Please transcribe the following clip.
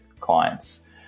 clients